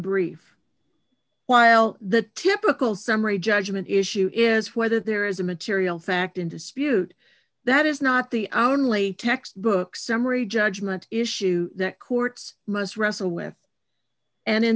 brief while the typical summary judgment issue is whether there is a material fact in dispute that is not the only textbook summary judgment issue that courts must wrestle with and in